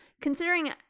considering